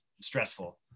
stressful